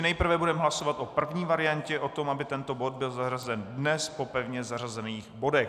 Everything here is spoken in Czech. Nejprve budeme hlasovat o první variantě, o tom, aby tento bod byl zařazen dnes po pevně zařazených bodech.